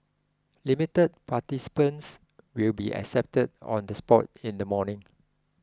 limited participants will be accepted on the spot in the morning